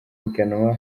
higanwa